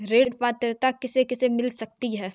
ऋण पात्रता किसे किसे मिल सकती है?